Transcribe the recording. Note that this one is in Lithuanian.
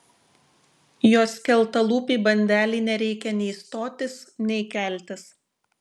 jos skeltalūpei bandelei nereikia nei stotis nei keltis